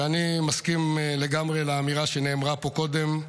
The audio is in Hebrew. ואני מסכים לגמרי לאמירה שנאמרה פה קודם,